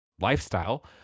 lifestyle